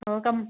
हो कम्